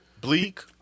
bleak